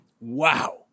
wow